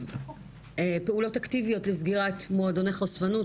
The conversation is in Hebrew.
פעולות אקטיביות לסגירת מועדוני חשפנות,